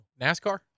NASCAR